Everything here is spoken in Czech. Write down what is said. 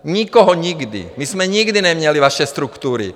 Nikoho, nikdy, my jsme nikdy neměli vaše struktury.